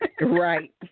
Right